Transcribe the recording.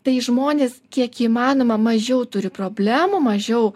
tai žmonės kiek įmanoma mažiau turi problemų mažiau